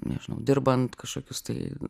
nežinau dirbant kažkokius tai